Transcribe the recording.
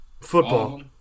Football